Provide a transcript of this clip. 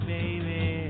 baby